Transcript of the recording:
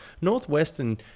Northwestern